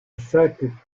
chaque